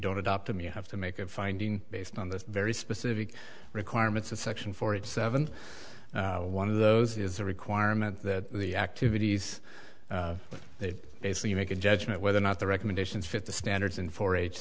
don't adopt them you have to make a finding based on this very specific requirements of section four of seven one of those is a requirement that the activities they basically make a judgment whether or not the recommendations fit the standards and for